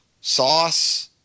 sauce